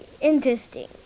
interesting